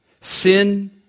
Sin